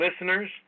listeners